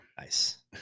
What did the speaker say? Nice